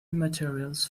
materials